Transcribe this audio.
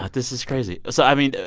but this is crazy. so, i mean,